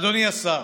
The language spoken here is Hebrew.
אדוני השר,